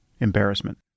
embarrassment